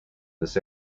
this